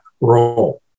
role